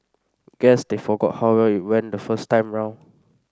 guess they forgot how well it went the first time round